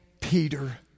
Peter